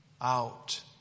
out